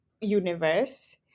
universe